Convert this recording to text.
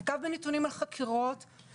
נקב בנתונים על חקירות,